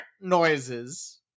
Noises